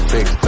Big